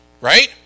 right